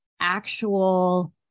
actual